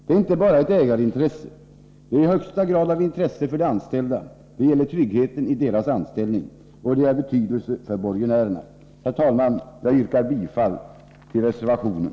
Det är inte bara ett ägarintresse, utan ett intresse också för de anställda. Det gäller tryggheten i deras anställning. Det är också av betydelse för borgenärerna. Herr talman! Jag yrkar bifall till reservationen.